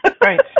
Right